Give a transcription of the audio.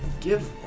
Give